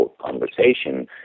conversation